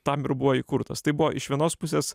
tam ir buvo įkurtas tai buvo iš vienos pusės